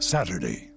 Saturday